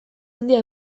handia